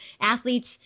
athletes